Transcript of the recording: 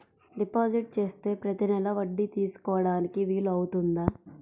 Deposit చేస్తే ప్రతి నెల వడ్డీ తీసుకోవడానికి వీలు అవుతుందా?